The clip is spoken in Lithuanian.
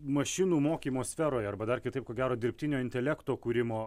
mašinų mokymo sferoje arba dar kitaip ko gero dirbtinio intelekto kūrimo